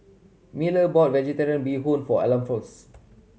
Miller bought Vegetarian Bee Hoon for Alphons